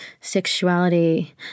sexuality